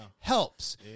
helps